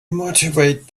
motivate